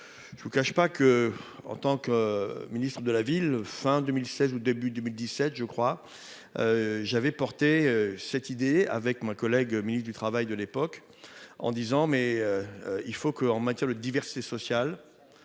Je vous cache pas que, en tant que ministre de la ville. Fin 2007 ou début 2017 je crois. J'avais porté cette idée avec ma collègue ministre du Travail de l'époque en disant mais. Il faut que, en matière de diversité sociale.